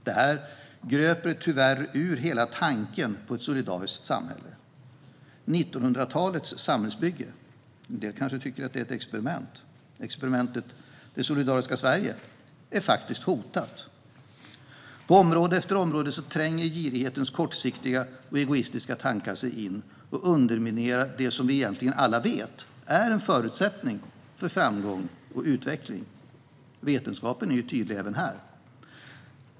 Det gröper tyvärr ur hela tanken på ett solidariskt samhälle. 1900-talets samhällsbygge - en del kanske tycker att det är ett experiment, experimentet Det solidariska Sverige - är hotat. På område efter område tränger sig girighetens kortsiktiga och egoistiska tankar in och underminerar det som vi alla egentligen vet är en förutsättning för framgång och utveckling. Vetenskapen är tydlig även här.